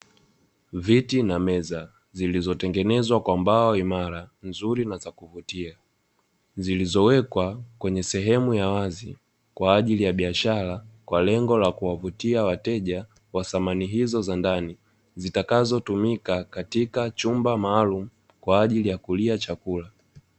Viti na meza zilizotengenezwa kwa mbao imara nzuri na za kuvutia zilizowekwa kwenye sehemu ya wazi, kwa ajili ya biashara kwa lengo la kuwavutia wateja wa samani hizo za ndani, zitakazotumika katika chumba maalumu kwa ajili ya kulia chakula.